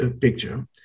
picture